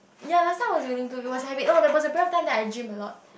ya last time I was willing to it was having oh there was a time where I gym a lot